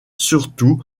surtout